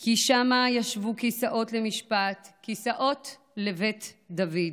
כי שמה ישבו כסאות למשפט, כסאות לבית דוד.